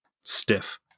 stiff